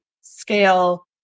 scale